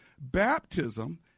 Baptism